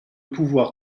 pouvoir